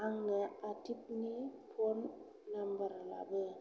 आंनो आटिफनि phone number लाबो